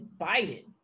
Biden